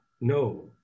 No